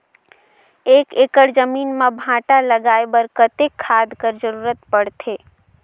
एक एकड़ जमीन म भांटा लगाय बर कतेक खाद कर जरूरत पड़थे?